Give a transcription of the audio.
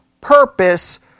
purpose